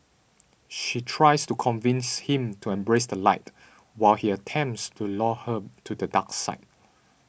she tries to convince him to embrace the light while he attempts to lure her to the dark side